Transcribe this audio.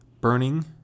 burning